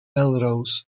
melrose